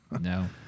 No